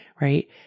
right